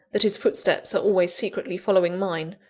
that his footsteps are always secretly following mine,